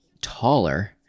taller